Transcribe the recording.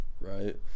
Right